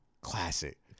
Classic